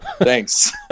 Thanks